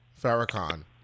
Farrakhan